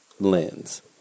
lens